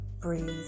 Breathe